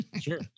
Sure